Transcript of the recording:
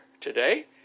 today